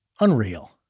Unreal